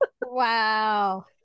Wow